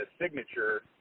signature